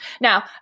Now